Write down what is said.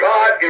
God